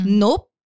nope